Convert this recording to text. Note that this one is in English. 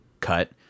cut